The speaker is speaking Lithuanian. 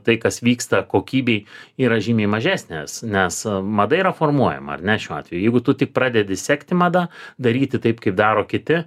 tai kas vyksta kokybei yra žymiai mažesnės nes mada yra formuojama ar ne šiuo atveju jeigu tu tik pradedi sekti mada daryti taip kaip daro kiti